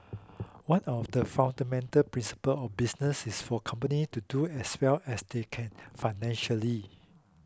one of the fundamental principle of business is for company to do as well as they can financially